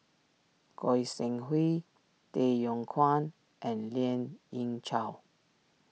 Goi Seng Hui Tay Yong Kwang and Lien Ying Chow